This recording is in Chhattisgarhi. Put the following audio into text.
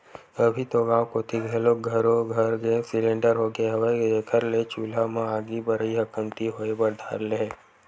अभी तो गाँव कोती घलोक घरो घर गेंस सिलेंडर होगे हवय, जेखर ले चूल्हा म आगी बरई ह कमती होय बर धर ले हवय